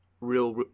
real